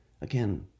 again